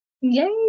Yay